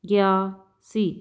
ਗਿਆ ਸੀ